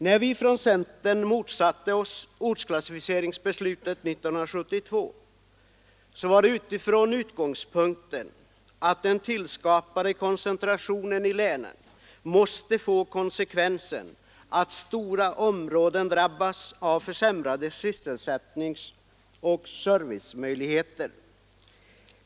När vi från centern motsatte oss ortsklassificeringsbeslutet 1972 gjorde vi det med den utgångspunkten att den tillskapade koncentrationen i länen måste få konsekvensen att stora områden drabbas av försämrade sysselsättningsoch servicemöjligheter.